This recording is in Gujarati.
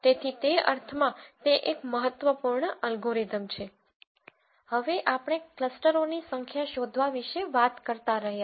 તેથી તે અર્થમાં તે એક મહત્વપૂર્ણ અલ્ગોરિધમ છે હવે આપણે ક્લસ્ટરોની સંખ્યા શોધવા વિશે વાત કરતા રહ્યા